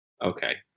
Okay